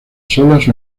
solas